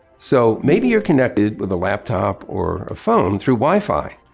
so maybe you're connected with a laptop or a phone through wifi,